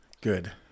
Good